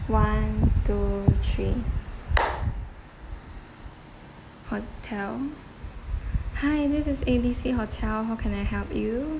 one two three hotel hi this is A B C hotel how can I help you